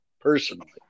personally